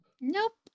Nope